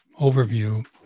overview